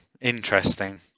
Interesting